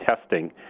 testing